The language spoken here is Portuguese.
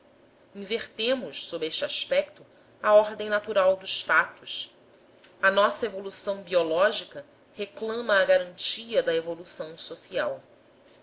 invertemos sob este aspecto a ordem natural dos fatos a nossa evolução biológica reclama a garantia da evolução social